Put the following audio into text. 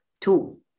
two